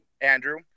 Andrew